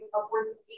upwards